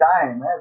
time